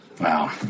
Wow